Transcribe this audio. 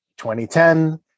2010